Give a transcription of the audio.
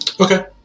Okay